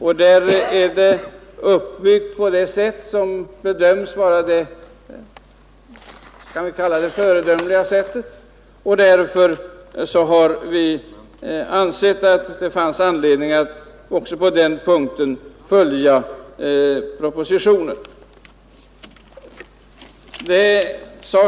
Verksamheten är uppbyggd på ett sätt som bedöms vara föredömligt, och därför har vi ansett att det fanns anledning att också på den punkten följa propositionen.